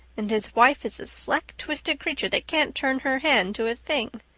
and his wife is a slack-twisted creature that can't turn her hand to a thing.